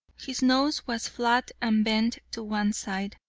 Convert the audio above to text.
his nose was flat and bent to one side,